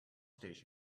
station